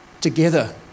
together